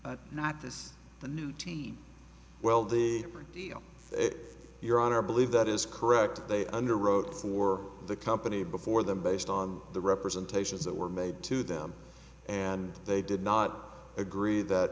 or not this the new t well the deal here on our believe that is correct they underwrote for the company before them based on the representations that were made to them and they did not agree that